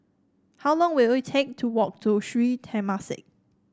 how long will it take to walk to Sri Temasek